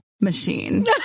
machine